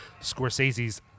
Scorsese's